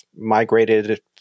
Migrated